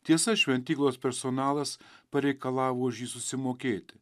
tiesa šventyklos personalas pareikalavo už jį susimokėti